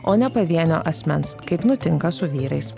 o ne pavienio asmens kaip nutinka su vyrais